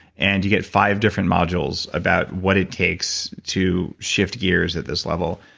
and you get five different modules about what it takes to shift gears at this level.